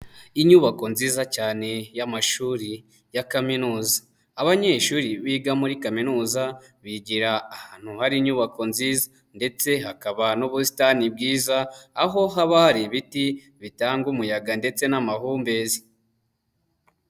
Inyubako nziza cyane y'amashuri ya kaminuza. Abanyeshuri biga muri kaminuza bigira ahantu hari inyubako nziza ndetse hakaba n'ubusitani bwiza, aho haba hari ibiti bitanga umuyaga ndetse n'amahumbezi.